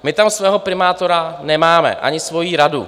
My tam svého primátora nemáme, ani svoji radu.